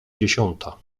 dziesiąta